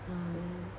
um